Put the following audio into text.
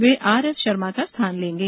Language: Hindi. वे आर एस शर्मा का स्थान लेंगे